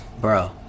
Bro